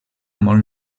molt